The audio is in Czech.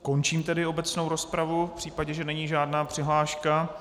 Končím tedy obecnou rozpravu v případě, že není žádná přihláška.